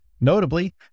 Notably